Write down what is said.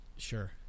Sure